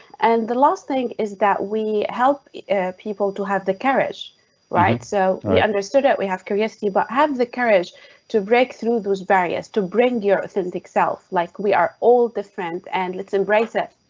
and the last thing is that we help people to have the carriage right? so we understood it. we have curiosity, but have the courage to breakthrough those barriers to bring your authentic self like we are all different and let's embrace it.